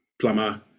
plumber